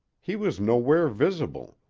he was nowhere visible,